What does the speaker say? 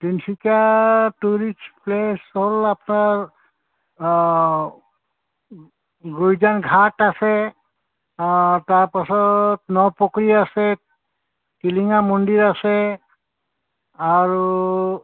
Tinsukia tourist place হ'ল আপোনাৰ ঘাট আছে তাৰপাছত নপুখুৰী আছে টিলিঙা মন্দিৰ আছে আৰু